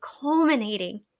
culminating